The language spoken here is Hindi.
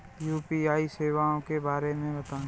यू.पी.आई सेवाओं के बारे में बताएँ?